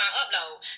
upload